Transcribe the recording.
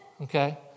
Okay